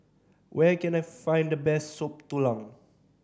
where can I find the best Soup Tulang